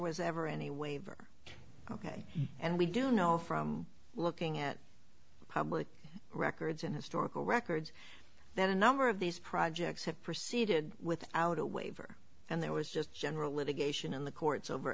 was ever any waiver ok and we do know from looking at public records and historical records that a number of these projects have proceeded without a waiver and there was just general litigation in the courts over